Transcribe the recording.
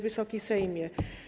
Wysoki Sejmie!